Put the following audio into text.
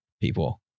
people